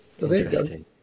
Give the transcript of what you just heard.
Interesting